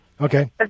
Okay